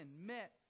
met